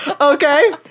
Okay